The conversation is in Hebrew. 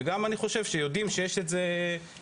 ואני חושב שיודעים שכאשר יש את הדבר